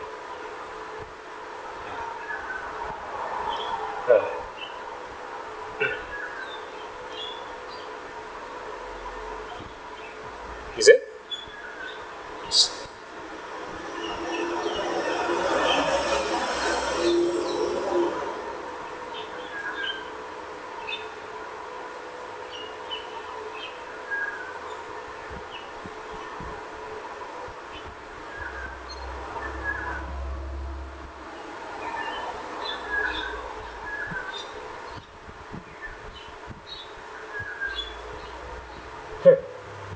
ya is it hmm